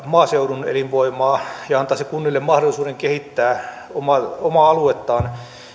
maaseudun elinvoimaa ja antaisi kunnille mahdollisuuden kehittää omaa omaa aluettaan